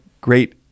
great